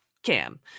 Cam